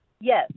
Yes